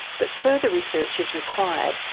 but further research is required,